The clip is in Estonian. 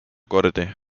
kordi